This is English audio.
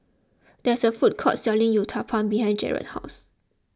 there is a food court selling Uthapam behind Gerard's house